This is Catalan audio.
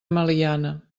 meliana